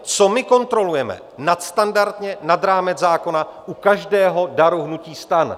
Co my kontrolujeme nadstandardně, nad rámec zákona u každého hnutí STAN?